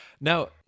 now